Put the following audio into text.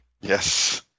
Yes